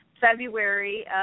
February